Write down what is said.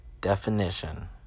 definition